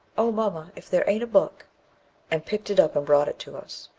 o, mamma, if there aint a book and picked it up and brought it to us.